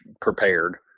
prepared